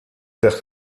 der